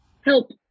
help